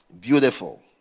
Beautiful